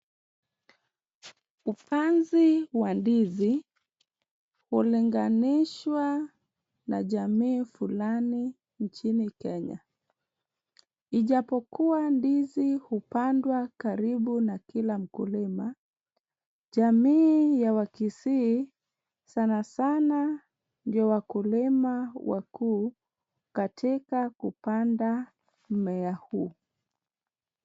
Upanzi wa ndizi hulinganishwa na jamii fulani nchini Kenya. Ijapokuwa ndizi hupandwa karibu na kila mkulima, jamii ya wakisii sana sana ndio wakulima wakuu katika kupanda mmea huu.